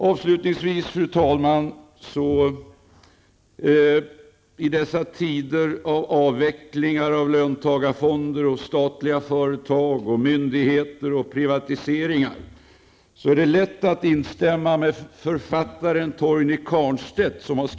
Avslutningsvis, fru talman: I dessa tider av avveckling av löntagarfonder, statliga företag och myndigheter, och införande av privatiseringar, är det lätt att instämma med författaren Torgny Karnstedt.